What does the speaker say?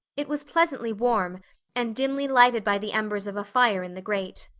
it was pleasantly warm and dimly lighted by the embers of a fire in the grate.